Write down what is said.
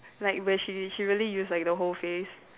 like where she she really use like the whole face